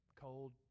cold